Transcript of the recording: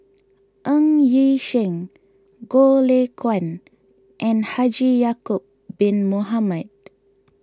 Ng Yi Sheng Goh Lay Kuan and Haji Ya'Acob Bin Mohamed